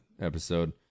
episode